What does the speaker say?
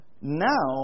Now